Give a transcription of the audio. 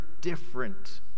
different